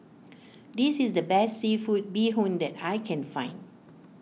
this is the best Seafood Bee Hoon that I can find